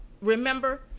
remember